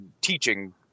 teaching